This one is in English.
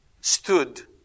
stood